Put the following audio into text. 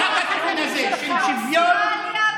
רק באתנוקרטיה זה קיים,